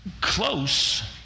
close